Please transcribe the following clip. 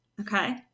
Okay